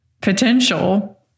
potential